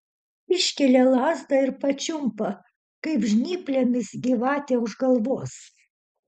iškelia lazdą ir pačiumpa kaip žnyplėmis gyvatę už galvos